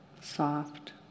soft